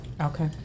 Okay